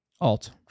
Alt